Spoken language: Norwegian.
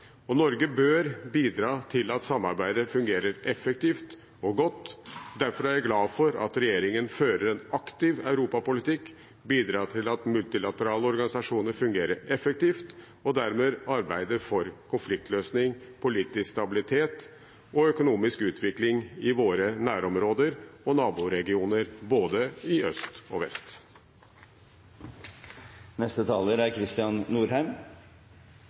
hverandre. Norge bør bidra til at samarbeidet fungerer effektivt og godt. Derfor er jeg glad for at regjeringen fører en aktiv europapolitikk, bidrar til at multilaterale organisasjoner fungerer effektivt og dermed arbeider for konfliktløsning, politisk stabilitet og økonomisk utvikling i våre nærområder og naboregioner både i øst og vest.